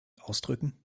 ausdrücken